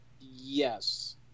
yes